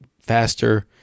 faster